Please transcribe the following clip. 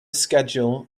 schedule